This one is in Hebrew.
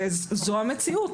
זו המציאות.